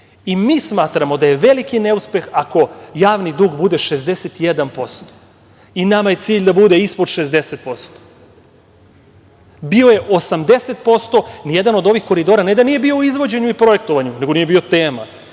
60%.Smatramo da je veliki neuspeh ako javni dug bude 61%. Nama je cilj da bude ispod 60%. Bio je 80%. Nijedan od ovih koridora ne da nije bio u izvođenju i projektovanju, nego nije bio tema.